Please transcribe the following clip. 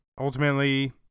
ultimately